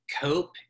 cope